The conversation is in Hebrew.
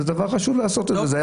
חשוב לעשות את זה,